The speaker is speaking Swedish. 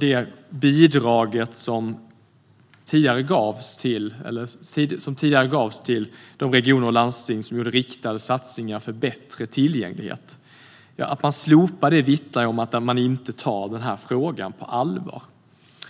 det bidrag som tidigare gavs till de regioner och landsting som gjorde riktade satsningar för bättre tillgänglighet - vittnar om att man inte tar den här frågan på allvar.